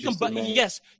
Yes